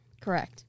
Correct